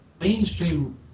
mainstream